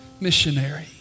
missionary